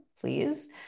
please